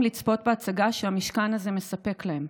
לצפות בהצגה שהמשכן הזה מספק להם,